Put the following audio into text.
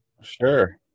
Sure